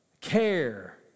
Care